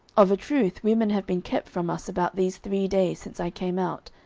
of a truth women have been kept from us about these three days, since i came out,